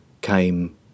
came